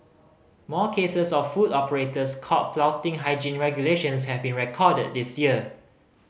more cases of food operators caught flouting hygiene regulations have been recorded this year